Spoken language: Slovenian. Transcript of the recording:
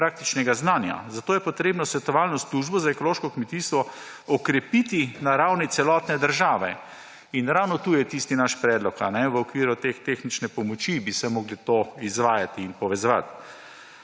praktičnega znanja, zato je potrebno svetovalno službo za ekološko kmetijstvo okrepiti na ravni celotne države. In ravno tu je tisti naš predlog, v okviru tehnične pomoči bi se moralo to izvajati in povezovati.